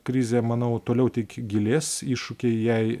krizė manau toliau tik gilės iššūkiai jai